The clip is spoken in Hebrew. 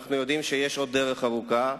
אנחנו יודעים שיש עוד דרך ארוכה,